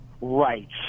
rights